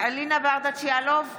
אלינה ברדץ' יאלוב,